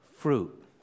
fruit